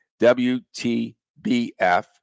WTBF